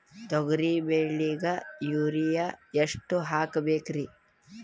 ತೊಗರಿ ಬೆಳಿಗ ಯೂರಿಯಎಷ್ಟು ಹಾಕಬೇಕರಿ?